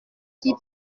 qui